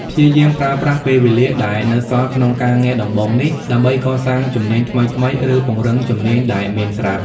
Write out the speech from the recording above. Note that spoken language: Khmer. ព្យាយាមប្រើប្រាស់ពេលវេលាដែលនៅសល់ក្នុងការងារដំបូងនេះ ដើម្បី កសាងជំនាញថ្មីៗ ឬ ពង្រឹងជំនាញដែលមានស្រាប់។